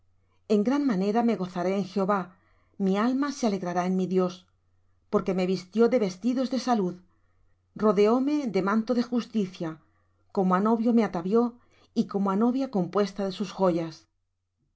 en gran manera me gozaré en jehová mi alma se alegrará en mi dios porque me vistió de vestidos de salud rodeóme de manto de justicia como á novio me atavió y como á novia compuesta de sus joyas